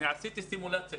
עשיתי אצלי סימולציה.